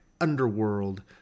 underworld